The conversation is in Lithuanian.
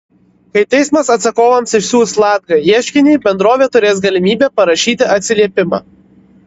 kai teismas atsakovams išsiųs latga ieškinį bendrovė turės galimybę parašyti atsiliepimą